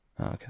okay